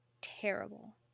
terrible